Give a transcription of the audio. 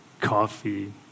coffee